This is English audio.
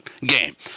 game